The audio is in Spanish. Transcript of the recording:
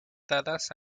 dadas